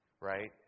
right